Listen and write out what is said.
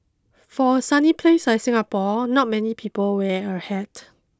for a sunny place like Singapore not many people wear a hat